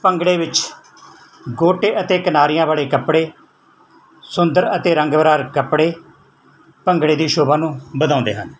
ਭੰਗੜੇ ਵਿੱਚ ਗੋਟੇ ਅਤੇ ਕਨਾਰੀਆਂ ਵਾਲੇ ਕੱਪੜੇ ਸੁੰਦਰ ਅਤੇ ਰੰਗ ਵਰਾ ਕੱਪੜੇ ਭੰਗੜੇ ਦੀ ਸ਼ੋਭਾ ਨੂੰ ਵਧਾਉਂਦੇ ਹਨ